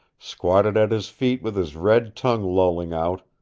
squatted at his feet with his red tongue lolling out,